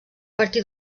partir